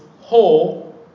whole